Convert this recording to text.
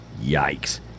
Yikes